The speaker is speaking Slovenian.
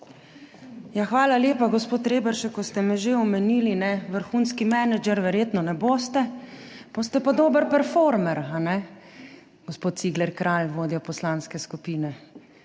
Hvala lepa, gospod Reberšek. Ko ste me že omenili, vrhunski menedžer verjetno ne boste, boste pa dober performer. Gospod Cigler Kralj, vodja poslanske skupine,